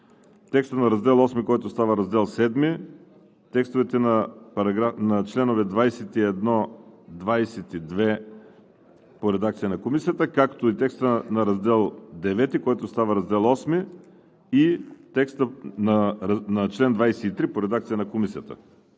текстът на Раздел VIII, който става Раздел VII; текстовете на членове 21 и 22 в редакция на Комисията; както и текста на Раздел IX, който става Раздел VIII; и текста на чл. 23 в редакцията на Комисията.